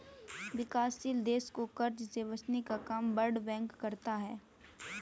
विकासशील देश को कर्ज से बचने का काम वर्ल्ड बैंक करता है